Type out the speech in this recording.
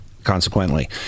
consequently